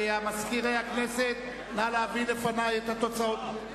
מזכיר הכנסת, נא להביא לפני את התוצאות.